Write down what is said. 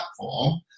platform